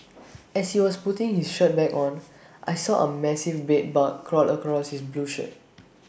as he was putting his shirt back on I saw A massive bed bug crawl across his blue shirt